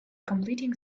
completing